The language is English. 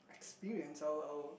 experience our our